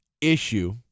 issue